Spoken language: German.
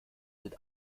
sind